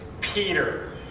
Peter